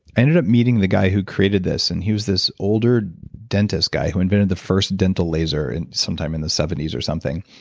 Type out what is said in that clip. i ended up meeting the guy who created this and he was this older dentist who invented the first dental laser and sometime in the seventy s or something.